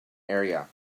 area